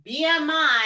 BMI